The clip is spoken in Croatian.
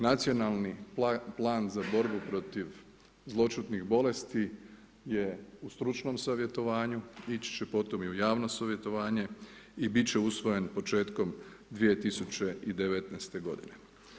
Nacionalni plan za borbu protiv zloćudni bolesti je u stručnom savjetovanju, ići će potom i u javno savjetovanje i bit će usvojen početkom 2019. godine.